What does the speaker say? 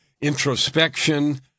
introspection